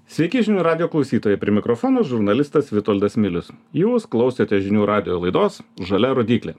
sykį žinių radijo klausytojai prie mikrofono žurnalistas vitoldas milius jūs klausėte žinių radijo laidos žalia rodyklė